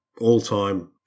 all-time